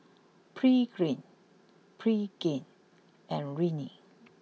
Pregain Pregain and Rene